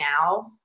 now